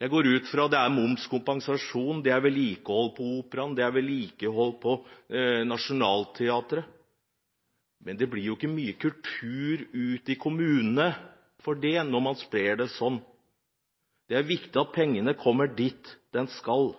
Jeg går ut fra at det er momskompensasjon, det er vedlikehold på Operaen, det er vedlikehold på Nationaltheatret, men det blir ikke mye kultur ut i kommunene for det, når man sprer det sånn. Det er viktig at pengene kommer dit de skal.